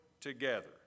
together